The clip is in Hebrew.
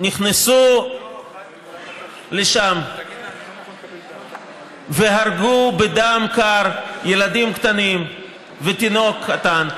נכנסו לשם והרגו בדם קר ילדים קטנים ותינוק קטן,